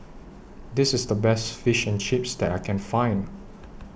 This IS The Best Fish and Chips that I Can Find